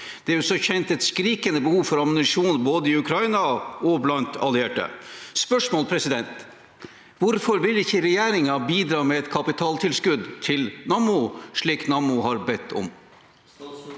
Det er som kjent et skrikende behov for ammunisjon, både i Ukraina og blant allierte. Mitt spørsmål er: Hvorfor vil ikke regjeringen bidra med et kapitaltilskudd til Nammo, slik Nammo har bedt om?